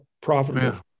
profitable